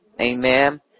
Amen